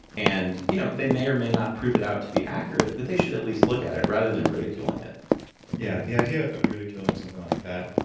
and you know they may or may not prove it out to be accurate, but they should at least look at it, rather than ridiculing it yeah. the idea of ridiculing something like that,